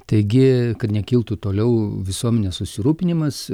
taigi kad nekiltų toliau visuomenės susirūpinimas